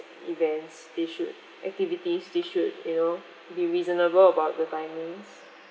events they should activities they should you know be reasonable about the timings